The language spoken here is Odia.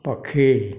ପକ୍ଷୀ